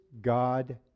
God